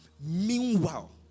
Meanwhile